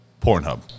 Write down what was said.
Pornhub